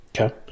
Okay